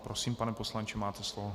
Prosím, pane poslanče, máte slovo.